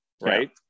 right